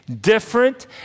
different